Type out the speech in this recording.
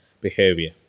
behavior